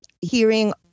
hearing